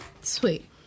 Sweet